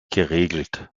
geregelt